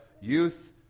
youth